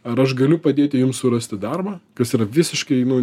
ar aš galiu padėti jums surasti darbą kas yra visiškai nu